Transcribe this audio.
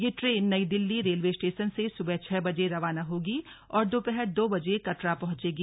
यह ट्रेन नई Delhi railway station से सुबह छह बजे रवाना होगी और दोपहर दो बजे कटरा पहुंचेगी